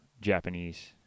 Japanese